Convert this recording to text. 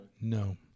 no